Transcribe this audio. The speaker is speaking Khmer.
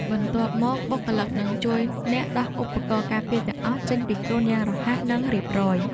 បន្ទាប់មក បុគ្គលិកនឹងជួយអ្នកដោះឧបករណ៍ការពារទាំងអស់ ចេញពីខ្លួនយ៉ាងរហ័ស និងរៀបរយ។